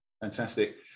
Fantastic